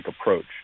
approach